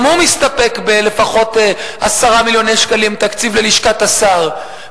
גם הוא מסתפק בלפחות 10 מיליוני שקלים תקציב ללשכת השר.